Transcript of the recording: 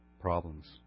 problems